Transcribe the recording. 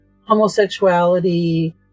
homosexuality